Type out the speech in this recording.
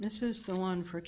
this is the one for